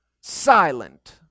silent